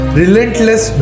relentless